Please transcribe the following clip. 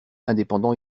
indépendant